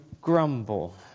grumble